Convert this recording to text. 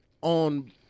on